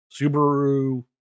Subaru